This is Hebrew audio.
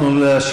תנו לו להשיב.